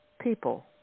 people